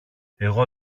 εγώ